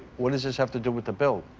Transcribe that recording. what does this have to do with the build?